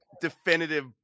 definitive